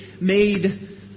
made